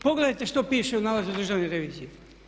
Pogledajte što piše u nalazu Državne revizije.